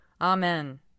Amen